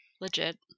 Legit